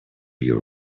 your